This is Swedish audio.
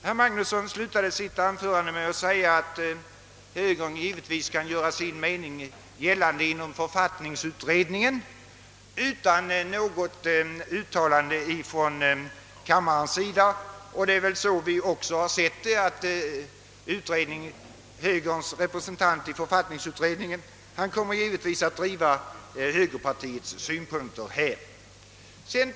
Herr Magnusson slutade anförandet med att säga att högern givetvis kan göra sin mening gällande inom författningsutredningen utan något uttalande från kammarens sida och så har väl också vi sett på saken, Högerns representant i författningsutredningen kommer naturligtvis att driva högerpartiets synpunkter härvidlag.